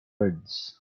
words